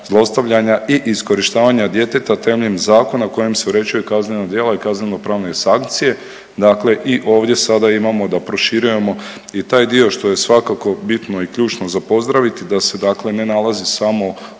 zlostavljanja i iskorištavanja djeteta temeljem zakona kojim se uređuju kaznena djela i kaznenopravne sankcije, dakle i ovdje sada imamo da proširujemo i taj dio što je svakako bitno i ključno za pozdraviti, da se dakle ne nalazi samo